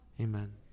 Amen